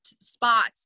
spots